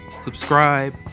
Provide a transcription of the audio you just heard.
subscribe